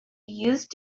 used